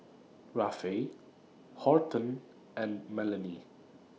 Rafe Horton and Melany